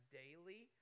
daily